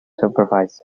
supervise